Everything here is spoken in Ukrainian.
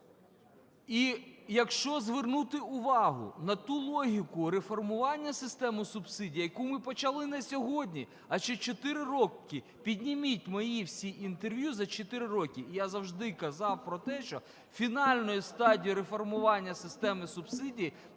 І якщо звернути увагу на ту логіку реформування системи субсидій, яку ми почали не сьогодні, а ще чотири роки, підніміть всі мої інтерв'ю за чотири роки, я завжди казав про те, що фінальною стадією реформування системи субсидій